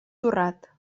torrat